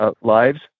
lives